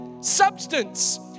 substance